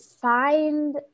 find